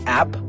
app